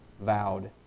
vowed